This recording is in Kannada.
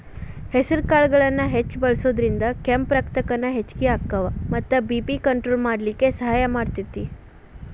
ಹೆಸರಕಾಳನ್ನ ಹೆಚ್ಚ್ ಬಳಸೋದ್ರಿಂದ ಕೆಂಪ್ ರಕ್ತಕಣ ಹೆಚ್ಚಗಿ ಅಕ್ಕಾವ ಮತ್ತ ಬಿ.ಪಿ ಕಂಟ್ರೋಲ್ ಮಾಡ್ಲಿಕ್ಕೆ ಸಹಾಯ ಮಾಡ್ತೆತಿ